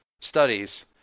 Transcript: studies